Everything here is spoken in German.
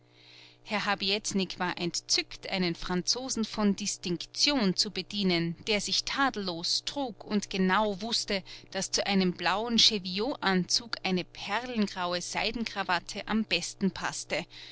herr habietnik war entzückt einen franzosen von distinktion zu bedienen der sich tadellos trug und genau wußte daß zu einem blauen cheviotanzug eine perlengraue seidenkrawatte am besten paßte